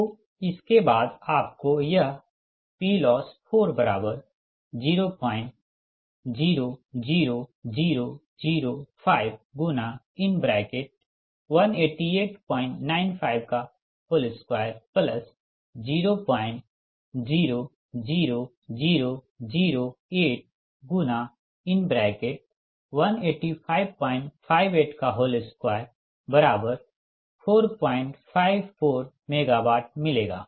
तो इसके बाद आपको यह PLoss4000005×188952000008×185582454 MW मिलेगा